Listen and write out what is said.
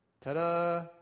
Ta-da